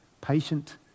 patient